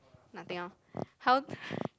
nothing orh how